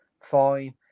Fine